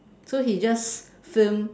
so he just film